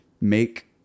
make